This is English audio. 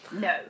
No